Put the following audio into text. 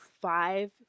five